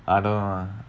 I don't know ah